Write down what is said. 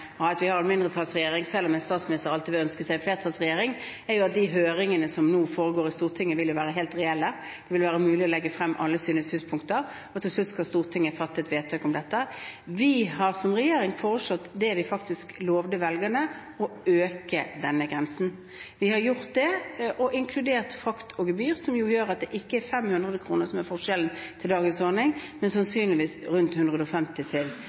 at vi har en mindretallsregjering – selv om en statsminister alltid vil ønske seg en flertallsregjering – er at de høringene som nå foregår i Stortinget, vil være helt reelle, det vil være mulig å legge frem alle sine synspunkter, og til slutt skal Stortinget fatte et vedtak om dette. Vi har som regjering foreslått det vi faktisk lovet velgerne – å øke denne grensen. Vi har gjort det, og inkludert frakt og gebyr, som jo gjør at det ikke er snakk om 500 kr, blir det sannsynligvis en økning på rundt 150 kr i forhold til dagens ordning.